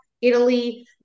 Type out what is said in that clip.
Italy